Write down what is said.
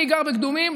אני גר בקדומים,